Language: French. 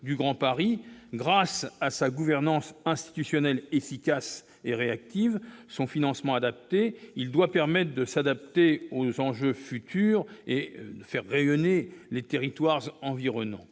internationale. Grâce à sa gouvernance institutionnelle efficace et réactive et à son financement approprié, il doit permettre de s'adapter aux enjeux futurs et de faire rayonner les territoires environnants.